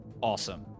awesome